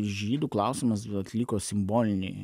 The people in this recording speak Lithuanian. žydų klausimas atliko simbolinį